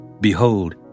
Behold